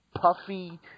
Puffy